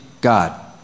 God